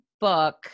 book